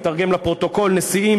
נתרגם לנשיאים,